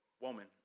woman